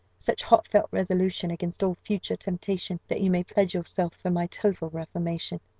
such heartfelt resolution against all future temptation, that you may pledge yourself for my total reformation.